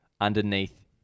underneath